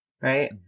right